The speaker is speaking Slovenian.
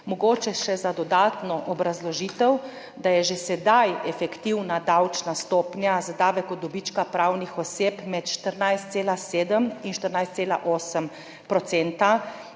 Mogoče še dodatna obrazložitev, da je že sedaj efektivna davčna stopnja za davek od dobička pravnih oseb med 14,7 in 14,8 % in